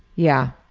yeah.